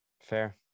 Fair